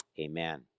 Amen